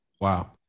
Wow